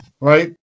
right